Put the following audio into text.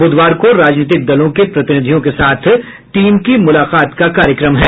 ब्रधवार को राजनीतिक दलों के प्रतिनिधियों के साथ टीम की मुलाकात का कार्यक्रम है